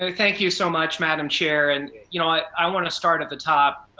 ah thank you so much madam chair. and you know i i want to start at the top,